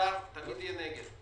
האוצר תמיד יהיה נגד.